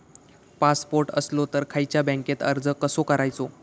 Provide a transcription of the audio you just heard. Passport असलो तर खयच्या बँकेत अर्ज कसो करायचो?